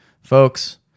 Folks